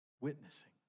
witnessing